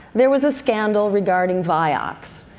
there was a scandal regarding vioxx.